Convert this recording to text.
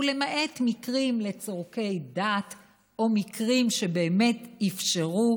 ולמעט מקרים לצורכי דת או מקרים שבאמת אפשרו,